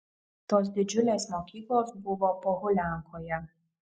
tos didžiulės mokyklos buvo pohuliankoje